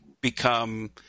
become